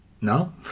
No